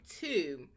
two